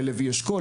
ללוי אשכול,